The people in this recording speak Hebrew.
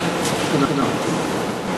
אדוני היושב-ראש,